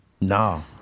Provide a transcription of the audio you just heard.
No